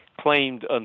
claimed